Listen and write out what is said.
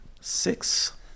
six